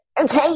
okay